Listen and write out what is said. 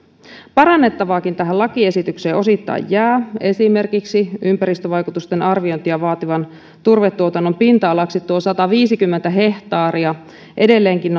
parannettavaakin tähän lakiesitykseen osittain jää esimerkiksi ympäristövaikutusten arviointia vaativan turvetuotannon pinta alaksi tuo sataviisikymmentä hehtaaria edelleenkin